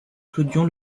clodion